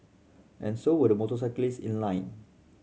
and so were the motorcyclist in line